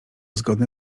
zgodne